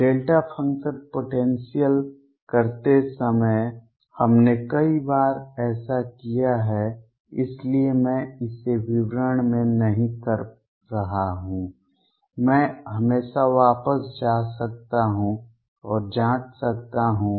delta function potential करते समय हमने कई बार ऐसा किया है इसलिए मैं इसे विवरण में नहीं कर रहा हूं मैं हमेशा वापस जा सकता हूं और जांच सकता हूं